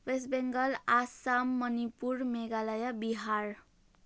West Bengal Assam Manipur Meghalaya Bihar